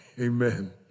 Amen